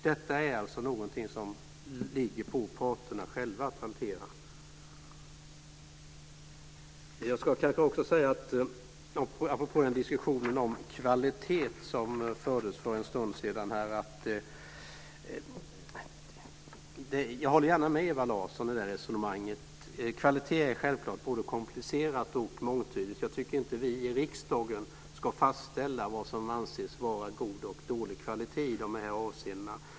Detta är något som ligger på parterna själva att hantera. Apropå diskussionen om kvalitet som fördes för en stund sedan kan jag säga att jag kan hålla med Ewa Larsson i detta resonemang. Kvalitet är självklart både komplicerat och mångtydigt. Jag tycker inte att vi i riksdagen ska fastställa vad som anses vara god och dålig kvalitet i dessa avseenden.